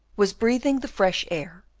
was breathing the fresh air,